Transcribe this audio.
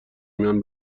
میان